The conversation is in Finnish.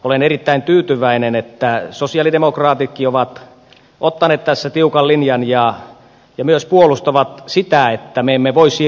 olen erittäin tyytyväinen että sosialidemokraatitkin ovat ottaneet tässä tiukan linjan ja myös puolustavat sitä että me emme voi siirtyä määräenemmistöpäätöksiin